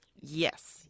Yes